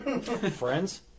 Friends